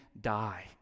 die